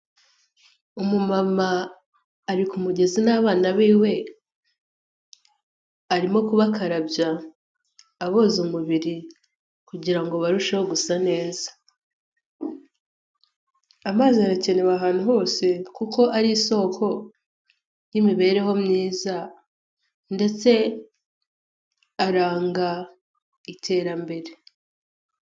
Umumama ari ku mugezi n'abana biwe arimo kubakarabya aboza umubiri kugira ngo barusheho gusa neza, amazi arakenewe ahantu hose kuko ari isoko y'imibereho myiza ndetse aranga iterambere.